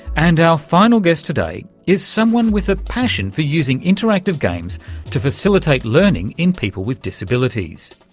and our final guest today is someone with a passion for using interactive games to facilitate learning in people with disabilities.